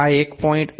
આ 1